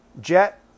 Jet